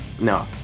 No